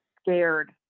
scared